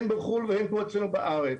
הן בחו"ל והן פה אצלנו בארץ.